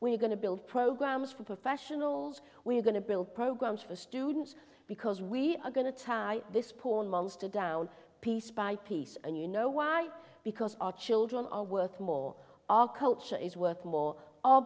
we're going to build programs for professionals we're going to build programs for students because we are going to tie this porn monster down piece by piece and you know why because our children are worth more our culture is worth more